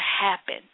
happen